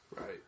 Right